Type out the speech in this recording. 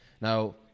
Now